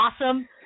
awesome